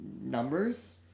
numbers